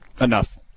enough